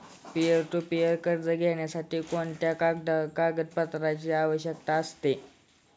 Peer to peer कर्ज घेण्यासाठी कोणत्या कागदपत्रांची आवश्यकता असेल?